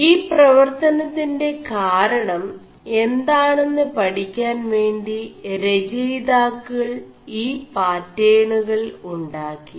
ഈ 4പവർøനøിെ കാരണം എാെണM് പഠി ാൻ േവി രചയിതാ ൾ ഈ പാേണുകൾ ഉാ ി